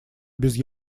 без